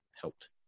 helped